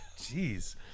jeez